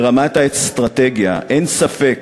ברמת האסטרטגיה, אין ספק